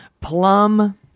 plum